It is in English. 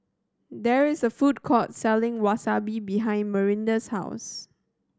there is a food court selling Wasabi behind Marinda's house